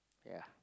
ya